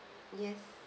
yes